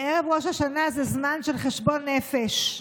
ערב ראש השנה זה זמן של חשבון נפש,